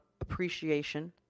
appreciation